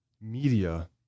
media